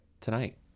tonight